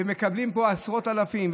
ומקבלים פה עשרות אלפים.